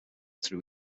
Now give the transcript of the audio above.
through